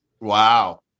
Wow